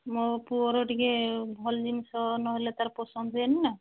ମୋ ପୁଅର ଟିକିଏ ଭଲ ଜିନିଷ ନ ହେଲେ ତା'ର ପସନ୍ଦ ହୁଏନି ନା